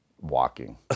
walking